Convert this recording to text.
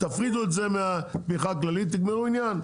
תפרידו את זה מהתמיכה הכללית ותגמרו עניין.